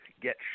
get